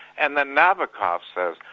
and then nabokov says,